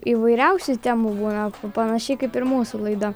įvairiausių temų būna panašiai kaip ir mūsų laida